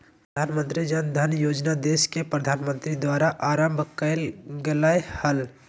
प्रधानमंत्री जन धन योजना देश के प्रधानमंत्री के द्वारा आरंभ कइल गेलय हल